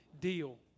deal